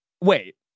Wait